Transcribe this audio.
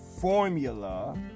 formula